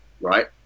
right